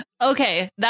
Okay